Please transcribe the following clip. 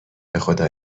بخدا